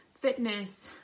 Fitness